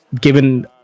given